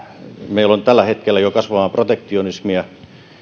meillä on maailmalla jo tällä hetkellä kasvavaa protektionismia